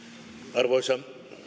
arvoisa